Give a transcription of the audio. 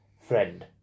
friend